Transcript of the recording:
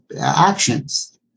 actions